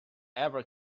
ever